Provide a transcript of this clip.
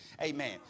Amen